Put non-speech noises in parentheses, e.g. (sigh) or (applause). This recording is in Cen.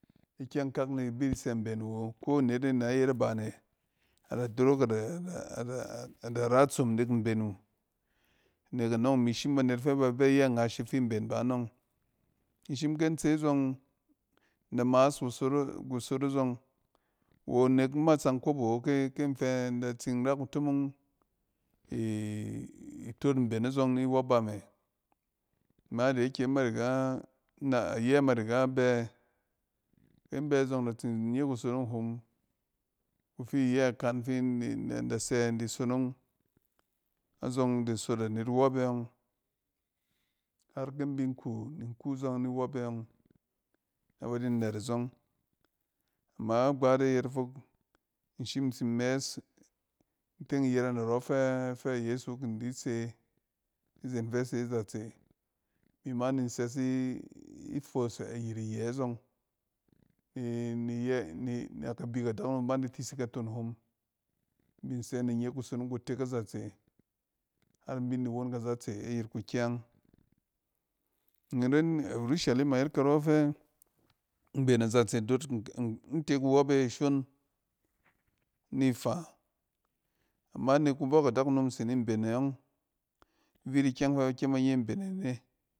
Ikyeng kak ni ibi sɛ mben wu awo ko anet e na yet abane ada dorok ada-ada-ada ra tsom nek mben wu. Nek anɔng inri shim banet fɛ ba bɛ iyɛ ngash if i mben ba anɔng. in shin ke. In tse zɔng, in da mas kuso-kusot azɔng. Wo! Nek ima tsang kop awo ke-ke nfɛ in da tsin ra kutomong itot mben azɔng ni wɔp ba me. Amma da yake ima riga ina-ayɛ ma riga bɛ, kin bɛ zɔng in da tsin nye kusonong hom kufi iyɛ kan fin n-da sɛ di sonong azɔng in da tsin nye kusonong hom kufi iyɛ kan fin n-da sɛ di sonong azɔg in di sofa net iwɔpe ɔng har ki in bi nku ni nku a zɔng niwɔp e ɔng, nɛ ba di nɛt azɔng. Ama igbat e yet fok in sim tsin mɛɛs, in teng yɛrɛ narɔ fɛfɛ a yeso kin di tse izen fɛ ase azatse. Mima ninsɛ i foos ayit iyɛ a zɔng, (hesitation) naka bik adakunom ban di tisik a ton hom bin di tisik a ton hom bin sɛ in di nye kusonong kutek azatse har bin di won kazatse ayɛt kukyang. In ren a rushalima yet karɔ fɛ mben azatse do inte kuwɔpe ashon ni ifa. Ama nek kubɔk adakanom se ni mben e ɔng vit ikyɛng fɛ ba kyem ba nye mbene ne ikyinkak ni bi sɛ mben wu awo.